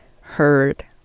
heard